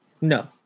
no